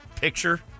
picture